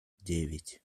девять